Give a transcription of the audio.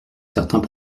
certains